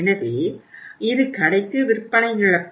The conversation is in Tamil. எனவே இது கடைக்கு விற்பனை இழப்பு